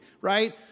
right